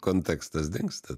kontekstas dingsta